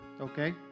okay